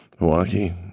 Milwaukee